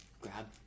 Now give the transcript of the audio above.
grab